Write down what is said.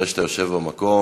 נראה שאתה יושב במקום.